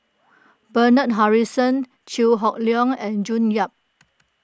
Bernard Harrison Chew Hock Leong and June Yap